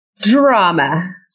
Drama